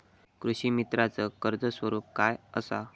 कृषीमित्राच कर्ज स्वरूप काय असा?